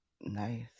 Nice